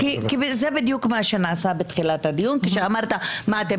כי זה בדיוק מה שנעשה בתחילת הדיון כשאמרת: אתם